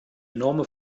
enorme